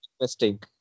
interesting